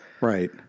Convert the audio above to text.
Right